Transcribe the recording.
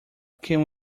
can